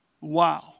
Wow